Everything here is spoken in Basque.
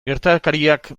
gertakariak